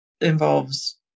involves